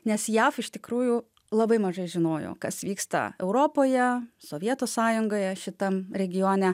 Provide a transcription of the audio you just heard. nes jav iš tikrųjų labai mažai žinojo kas vyksta europoje sovietų sąjungoje šitam regione